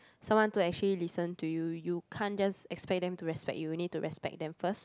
someone to actually listen to you you can't just expect them to respect you you will need to respect them first